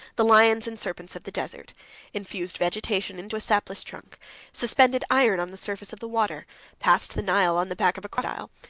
the lions and serpents of the desert infused vegetation into a sapless trunk suspended iron on the surface of the water passed the nile on the back of a crocodile,